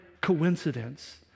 coincidence